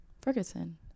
Ferguson